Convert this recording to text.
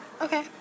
Okay